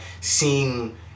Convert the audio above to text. seeing